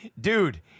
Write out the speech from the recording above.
Dude